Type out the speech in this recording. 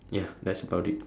ya that's about it